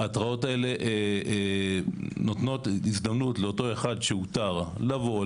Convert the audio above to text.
ההתראות האלה נותנות הזדמנות לאותו אחד שאותר לבוא,